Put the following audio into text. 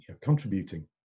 contributing